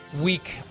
Week